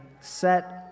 set